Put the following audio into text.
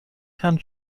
herrn